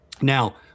Now